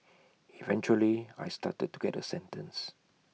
eventually I started to get A sentence